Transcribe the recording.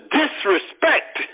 disrespect